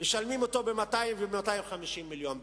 עכשיו משלמים אותו ב-200 250 מיליון.